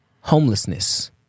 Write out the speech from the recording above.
Homelessness